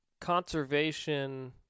conservation